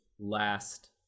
last